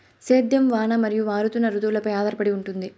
సేద్యం వాన మరియు మారుతున్న రుతువులపై ఆధారపడి ఉంటుంది